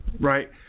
Right